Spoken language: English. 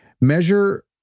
Measure